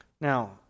Now